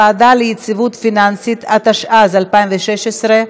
(הוועדה ליציבות פיננסית), התשע"ז 2017,